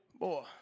Boy